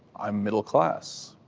i'm middle class.